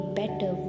better